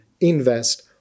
invest